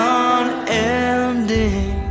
unending